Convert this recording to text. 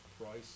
price